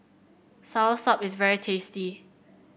soursop is very tasty